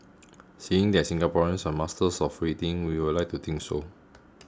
seeing that Singaporeans are masters of waiting we would like to think so